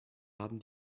haben